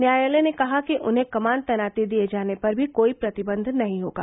न्यायालय ने कहा कि उन्हें कमान तैनाती दिये जाने पर भी कोई प्रतिबंध नहीं होगा